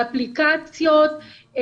האפליקציות,